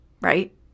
Right